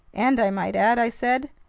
and i might add, i said,